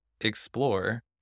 explore